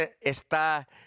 está